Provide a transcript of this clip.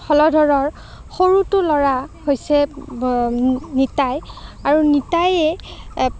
হলধৰৰ সৰুটো ল'ৰা হৈছে নিতাই আৰু নিতাইয়ে